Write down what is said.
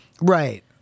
right